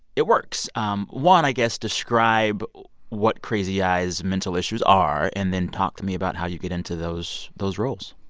it works. um one, i guess, describe what crazy eyes' mental issues are, and then talk to me about how you get into those those roles